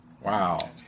Wow